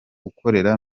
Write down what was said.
ukorera